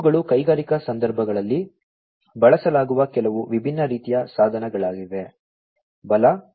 ಇವುಗಳು ಕೈಗಾರಿಕಾ ಸಂದರ್ಭಗಳಲ್ಲಿ ಬಳಸಲಾಗುವ ಕೆಲವು ವಿಭಿನ್ನ ರೀತಿಯ ಸಾಧನಗಳಾಗಿವೆ ಬಲ PLC SCADA HMI